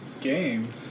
game